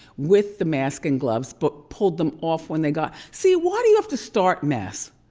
with the mask and gloves but pulled them off when they got. see, why do you have to start mess?